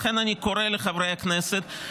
לכן אני קורא לחברי הכנסת,